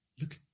look